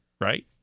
right